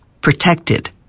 protected